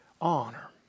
honor